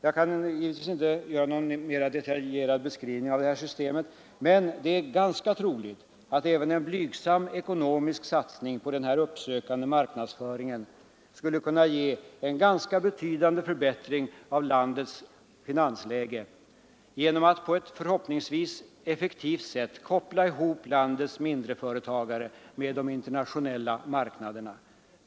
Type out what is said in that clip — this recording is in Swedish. Jag kan givetvis inte ge någon mera detaljerad beskrivning av detta system. Men det är troligt att även en blygsam ekonomisk satsning på denna uppsökande marknadsföring skulle kunna ge en ganska betydande förbättring av vårt lands finansläge genom att på ett förhoppningsvis effektivt sätt koppla ihop landets mindreföretagare med de internationella marknaderna.